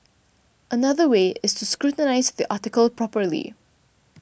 another way is to scrutinise the article properly